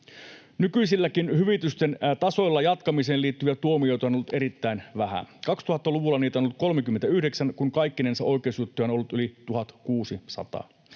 Nykyisilläkin hyvitysten tasoilla jatkamiseen liittyviä tuomioita on ollut erittäin vähän. 2000-luvulla niitä on ollut 39, kun kaikkinensa oikeusjuttuja on ollut yli 1 600,